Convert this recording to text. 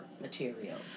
materials